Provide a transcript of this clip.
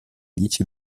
dieci